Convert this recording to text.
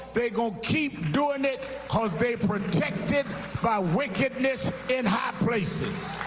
they're going to keep doing it because they're protected by wickedness in high places.